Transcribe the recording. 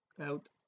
out